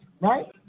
Right